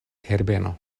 herbeno